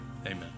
Amen